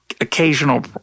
occasional